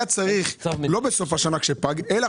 היה צריך לא בסוף השנה כאשר פג תוקף התקנות אלא